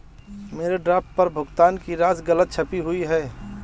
मेरे ड्राफ्ट पर भुगतान की राशि गलत छपी हुई है